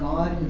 God